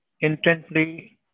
intently